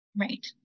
Right